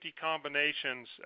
combinations